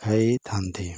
ଖାଇଥାନ୍ତି